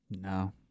No